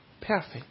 perfect